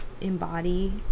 embody